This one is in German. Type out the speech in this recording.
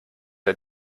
der